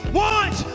want